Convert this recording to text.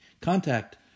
contact